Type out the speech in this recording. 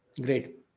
Great